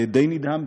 די נדהמתי,